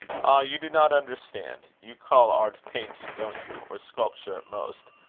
you do not understand. you call art painting, don't you or sculpture at most?